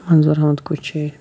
اَنزَر Ahmad Kuchay